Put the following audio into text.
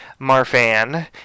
Marfan